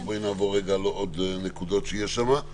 בואי נעבור על עוד נקודות שיש שם.